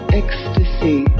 ecstasy